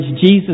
Jesus